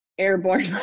airborne